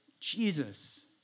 Jesus